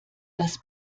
das